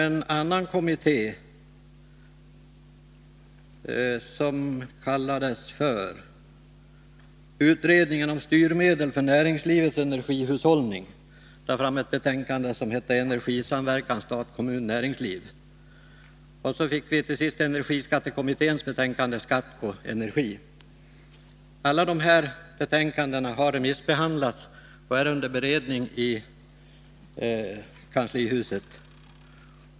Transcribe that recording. En annan kommitté, utredningen om styrmedel för näringslivets energihushållning, lade samma år fram betänkandet Energisamverkan stat-kommun-näringsliv. Till sist fick vi energiskattekommitténs betänkande Skatt på energi. Alla de här betänkandena har remissbehandlats och är under beredning i kanslihuset.